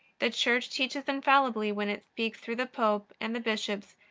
the church teaches infallibly when it speaks through the pope and the bishops,